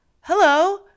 Hello